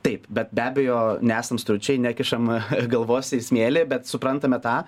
taip bet be abejo nesam stručiai nekišam galvos į smėlį bet suprantame tą